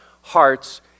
hearts